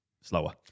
slower